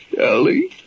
Ellie